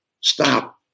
stop